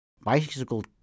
bicycle